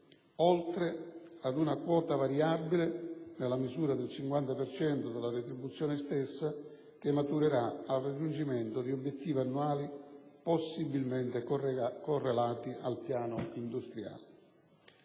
oltre ad una quota variabile nella misura del 50 per cento della retribuzione stessa, che maturerà al raggiungimento di obiettivi annuali, possibilmente correlati al piano industriale.